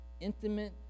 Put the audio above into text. intimate